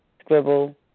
Scribble